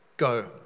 go